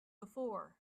before